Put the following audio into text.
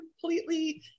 completely